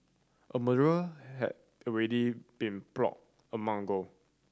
a murderer had already been plotted a month ago